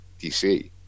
dc